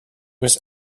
was